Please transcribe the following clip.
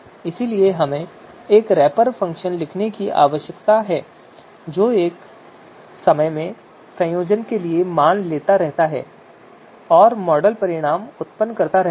इसलिए हमें एक रैपर फ़ंक्शन लिखने की आवश्यकता है जो एक समय में एक संयोजन के लिए मान लेता रहता है और मॉडल परिणाम उत्पन्न करता रहता है